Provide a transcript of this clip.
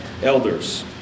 elders